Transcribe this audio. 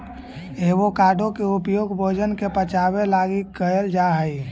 avocado के उपयोग भोजन के पचाबे लागी कयल जा हई